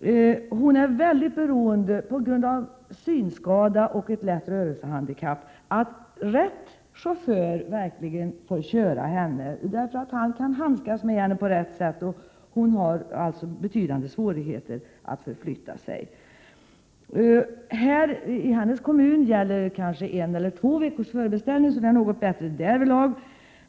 är på grund av synskada och ett lätt rörelsehandikapp mycket beroende av att ”rätt” chaufför får köra henne, därför att denne chaufför kan hjälpa henne på rätt sätt — hon har betydande svårigheter att förflytta sig. I hennes kommun gäller en eller två veckors förbeställning, så reglerna är därvidlag något bättre än i det första exemplet.